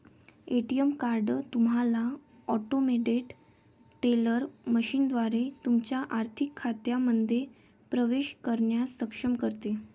ATM card तुम्हाला automated teller मशीनद्वारे तुमच्या आर्थिक खात्यांमध्ये प्रवेश करण्यास सक्षम करते